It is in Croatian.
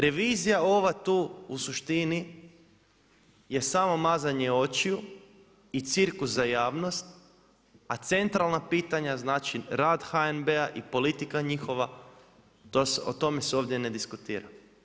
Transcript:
Revizija ova tu u suštini je samo mazanje očiju i cirkus za javnost, a centralan pitanja, znači rad HNB-a i politika njihova, o tome se ovdje ne diskutira.